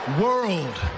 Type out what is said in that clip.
world